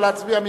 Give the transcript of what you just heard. נא להצביע.